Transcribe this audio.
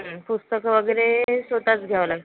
पुस्तकं वगैरे स्वतःच घ्यावं लाग